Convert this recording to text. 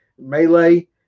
melee